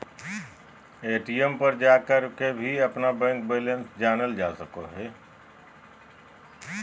ATM पर जाकर भी अपन बैंक बैलेंस जानल जा सको हइ